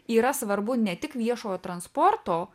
yra svarbu ne tik viešojo transporto